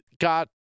got